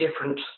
different